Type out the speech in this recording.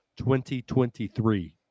2023